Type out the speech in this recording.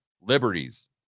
liberties